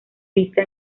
vista